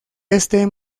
este